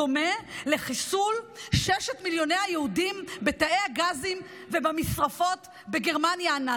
דומה לחיסול ששת מיליוני היהודים בתאי הגזים ובמשרפות בגרמניה הנאצית.